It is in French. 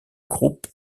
groupe